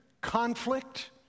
conflict